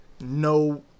No